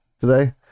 today